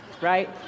right